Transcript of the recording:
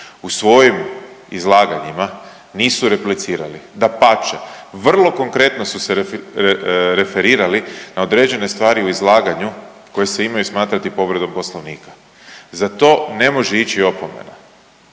u svojim izlaganjima nisu replicirali, dapače, vrlo konkretno su se referirali na određene stvari u izlaganju koje se imaju smatrati povredom poslovnika. Za to ne može ići opomena